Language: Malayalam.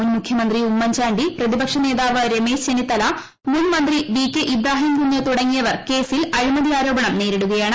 മുൻ മുഖ്യമന്ത്രി ഉമ്മൻചാണ്ടി പ്രതിപക്ഷനേതാവ് രമേശ് ചെന്നിത്തല മുൻ മന്ത്രി വി കെ ഇബ്രാഹിം കുഞ്ഞ് തുടങ്ങിയവർ കേസിൽ അഴിമതി ആരോപണം നേരിടുകയാണ്